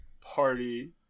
party